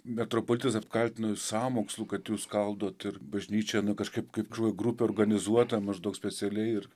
metropolitas apkaltino jus sąmokslu kad jūs skaldot ir bažnyčią nu kažkaip kaip grupė organizuota maždaug specialiai ir